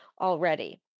already